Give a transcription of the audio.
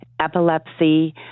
epilepsy